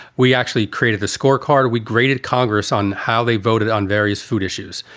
we actually created the scorecard. we graded congress on how they voted on various food issues,